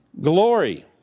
Glory